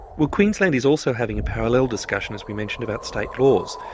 well, queensland is also having a parallel discussion, as we mentioned, about state laws,